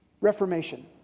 Reformation